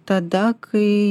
tada kai